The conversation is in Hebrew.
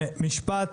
דודי,